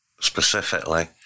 Specifically